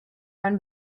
run